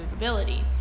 movability